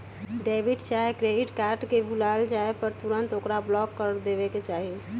debit चाहे credit card के भुतला जाय पर तुन्ते ओकरा ब्लॉक करबा देबेके चाहि